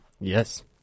Yes